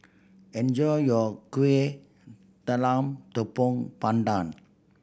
enjoy your Kuih Talam Tepong Pandan